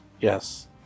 Yes